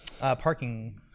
parking